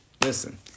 Listen